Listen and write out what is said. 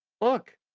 Look